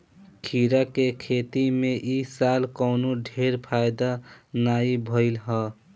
खीरा के खेती में इ साल कवनो ढेर फायदा नाइ भइल हअ